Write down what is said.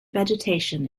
vegetation